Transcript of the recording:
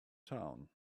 town